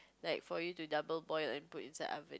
like for you to double boil then put inside oven